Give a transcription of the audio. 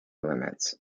limits